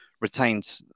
retained